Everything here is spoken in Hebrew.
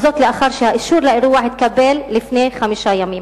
וזאת לאחר שהאישור לאירוע התקבל לפני חמישה ימים.